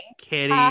Kitty